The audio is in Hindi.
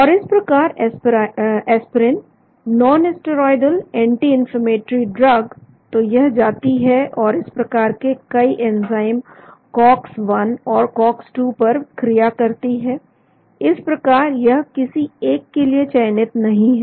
और इस प्रकार aspirin non steroidal anti inflammatory drug तो यह जाती है और इस प्रकार के कई एंजाइम cox1 और cox 2 पर क्रिया करती है इस प्रकार यह किसी एक के लिए चयनित नहीं है